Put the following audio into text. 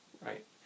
right